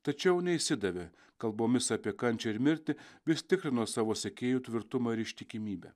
tačiau neišsidavė kalbomis apie kančią ir mirtį vis tikrino savo sekėjų tvirtumą ir ištikimybę